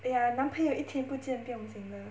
!aiya! 男朋友一天不见不用紧的